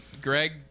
Greg